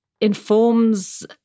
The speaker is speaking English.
informs